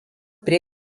prie